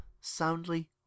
soundly